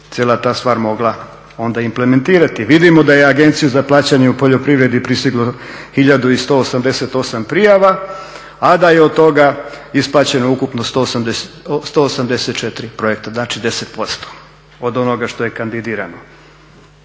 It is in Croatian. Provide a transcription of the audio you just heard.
cijela ta stvar mogla onda implementirati. Vidimo da je Agenciji za plaćanje u poljoprivredi pristiglo hiljadu i 188 prijava, a da je od toga isplaćeno ukupno 184 projekta, znači 10% od onoga što je kandidirano.